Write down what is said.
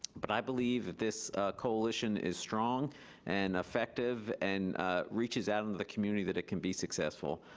but i believe that this coalition is strong and effective and reaches out into the community that it can be successful.